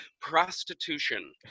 prostitution